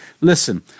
Listen